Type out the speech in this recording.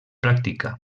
practica